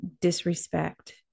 disrespect